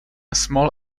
small